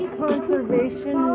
conservation